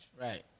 Right